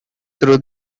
through